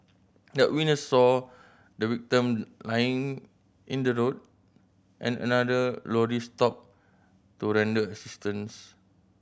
the witness saw the victim lying in the road and another lorry stopped to render assistance